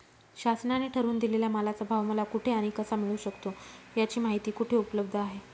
शासनाने ठरवून दिलेल्या मालाचा भाव मला कुठे आणि कसा मिळू शकतो? याची माहिती कुठे उपलब्ध आहे?